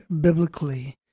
biblically